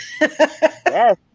yes